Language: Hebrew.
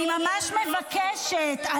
חברים, חברים, השר, אני ממש מבקשת.